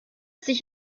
sich